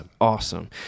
awesome